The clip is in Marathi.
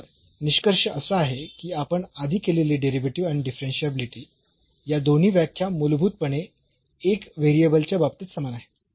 तर निष्कर्ष असा आहे की आपण आधी केलेली डेरिव्हेटिव्ह आणि डिफरन्शियाबिलिटी या दोन्ही व्याख्या मूलभूतपणे एक व्हेरिएबलच्या बाबतीत समान आहेत